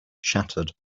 shattered